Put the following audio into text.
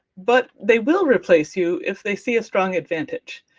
but they will replace you if they see a strong advantage,